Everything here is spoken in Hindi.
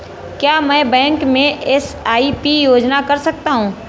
क्या मैं बैंक में एस.आई.पी योजना कर सकता हूँ?